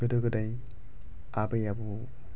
गोदो गोदाय आबै आबौ